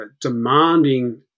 demanding